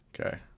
Okay